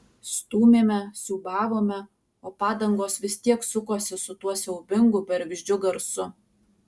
stūmėme siūbavome o padangos vis tiek sukosi su tuo siaubingu bergždžiu garsu